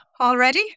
already